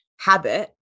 habit